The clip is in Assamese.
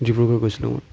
ডিব্ৰুগড় গৈছিলোঁ মই